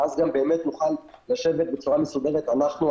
ואז גם באמת נוכל לשבת בצורה מסודרת אנחנו,